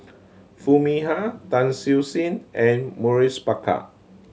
Foo Mee Har Tan Siew Sin and Maurice Baker